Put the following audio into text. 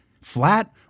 Flat